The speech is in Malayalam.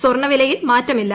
സ്വർണ്ണവിലയിൽ മാറ്റമില്ല